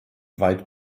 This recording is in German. weit